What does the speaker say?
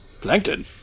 Plankton